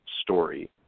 story